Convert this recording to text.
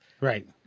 Right